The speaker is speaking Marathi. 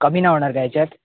कमी नाही होणार काय याच्यात